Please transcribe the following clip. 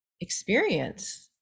experience